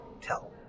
tell